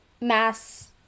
mass